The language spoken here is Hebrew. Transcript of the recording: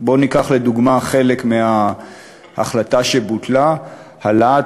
בואו ניקח לדוגמה חלק מההחלטה שבוטלה: העלאת